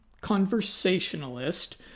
conversationalist